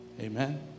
Amen